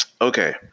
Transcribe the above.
Okay